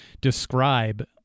describe